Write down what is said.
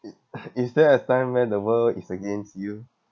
it is there a time where the world is against you